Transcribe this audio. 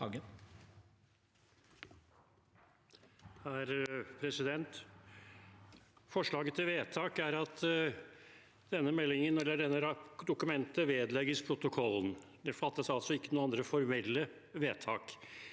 Hagen (FrP) Forslaget til vedtak er at dette dokumentet vedlegges protokollen. Det fattes altså ikke noen andre formelle vedtak.